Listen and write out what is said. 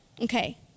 Okay